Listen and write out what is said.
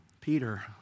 Peter